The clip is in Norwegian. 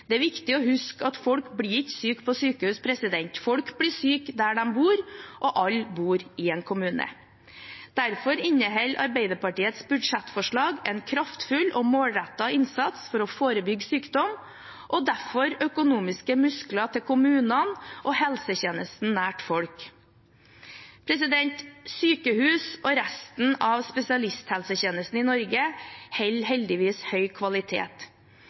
Det er viktig å huske at folk ikke blir syke på sykehus, folk blir syke der de bor, og alle bor i en kommune. Derfor inneholder Arbeiderpartiets budsjettforslag en kraftfull og målrettet innsats for å forebygge sykdom, og derfor økonomiske muskler til kommunene og helsetjenesten nær folk. Sykehusene og resten av spesialisthelsetjenesten i Norge holder heldigvis høy kvalitet,